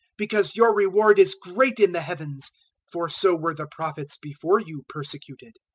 because your reward is great in the heavens for so were the prophets before you persecuted.